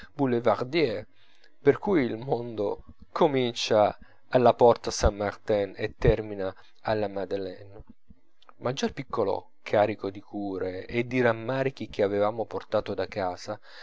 del boulevardier per cui il mondo comincia alla porta saint martin e termina alla madeleine ma già il piccolo carico di cure e di rammarichi che avevamo portato da casa